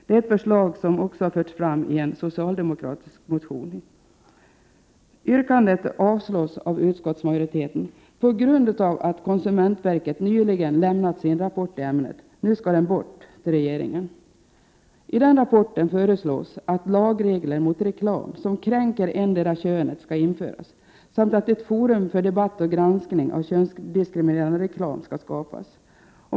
Det är ett förslag som också förts fram i en socialdemokratisk motion. Yrkandet avstyrks av utskottsmajoriteten på grund av att konsumentverket nyligen lämnat sin rapport i ämnet — Nu ska den bort! — till regeringen. I denna rapport föreslås att lagregler mot reklam som kränker ettdera könet skall införas samt att ett forum för debatt och granskning av könsdiskriminerande reklam skall skapas.